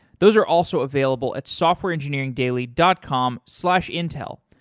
those are also available at softwareengineeringdaily dot com slash intel.